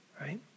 right